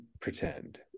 pretend